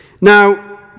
Now